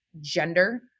gender